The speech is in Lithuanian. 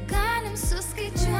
galim suskaičiuot